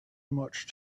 much